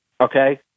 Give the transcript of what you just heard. okay